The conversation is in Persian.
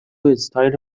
استایل